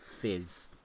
fizz